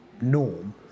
norm